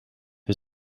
was